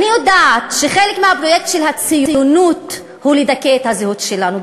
אני יודעת שחלק מהפרויקט של הציונות הוא לדכא את הזהות שלנו.